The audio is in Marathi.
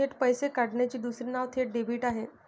थेट पैसे काढण्याचे दुसरे नाव थेट डेबिट आहे